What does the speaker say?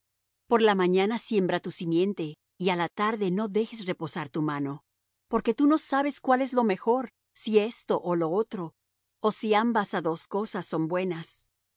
por la mañana siembra tu simiente y á la tarde no dejes reposar tu mano porque tú no sabes cuál es lo mejor si esto ó lo otro ó si ambas á dos cosas son buenas